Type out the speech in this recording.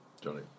Johnny